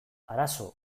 arazo